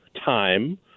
time